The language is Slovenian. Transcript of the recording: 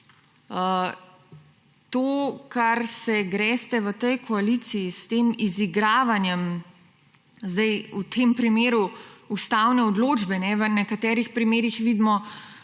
To, kar se greste v tej koaliciji s tem izigravanjem, v tem primeru ustavne odločbe, v nekaterih primerih vidimo,